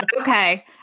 okay